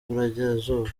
y’iburengerazuba